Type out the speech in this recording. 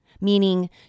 meaning